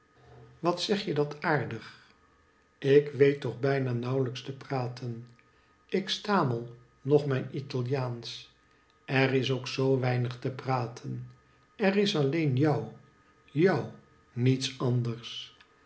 wat zeg je dat aardig ik weet toch bijna nauwlijks te praten ik stamel nog mijn italiaansch er is ook zoo weinig te praten er is alleen jou jou niets anders